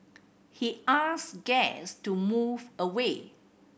he asked guests to move away